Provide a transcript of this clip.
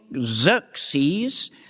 Xerxes